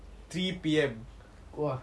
three P_M